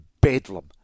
Bedlam